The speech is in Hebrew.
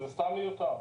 זה סתם מיותר.